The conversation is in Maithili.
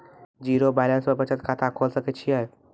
जीरो बैलेंस पर बचत खाता खोले सकय छियै?